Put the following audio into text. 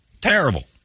Terrible